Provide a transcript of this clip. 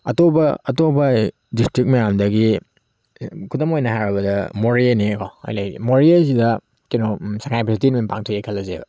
ꯑꯇꯣꯞꯄ ꯑꯇꯣꯞꯄ ꯗꯤꯁꯇ꯭ꯔꯤꯛ ꯃꯌꯥꯝꯗꯒꯤ ꯈꯨꯗꯝ ꯑꯣꯏꯅ ꯍꯥꯏꯔꯕꯗ ꯃꯣꯔꯦꯅꯦꯀꯣ ꯑꯩꯈꯣꯏ ꯂꯩꯔꯤꯁꯦ ꯃꯣꯔꯦꯁꯤꯗ ꯀꯩꯅꯣ ꯁꯉꯥꯏ ꯐꯦꯁꯇꯤꯕꯦꯜ ꯄꯥꯡꯊꯣꯛꯑꯦ ꯈꯜꯂꯁꯦꯕ